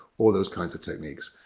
all those kinds of techniques.